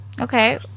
Okay